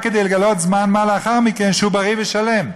כדי לגלות זמן מה לאחר מכן שהוא בריא ושלם.